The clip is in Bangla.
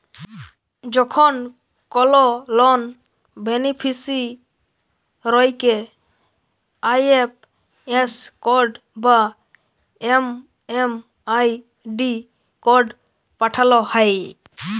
যখন কল লন বেনিফিসিরইকে আই.এফ.এস কড বা এম.এম.আই.ডি কড পাঠাল হ্যয়